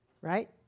Right